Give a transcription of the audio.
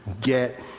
get